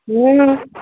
ହୁଁ